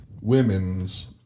women's